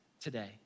today